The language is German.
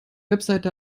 website